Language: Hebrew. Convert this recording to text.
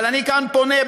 אבל אני כאן פונה,